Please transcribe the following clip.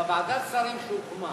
בוועדת השרים שהוקמה,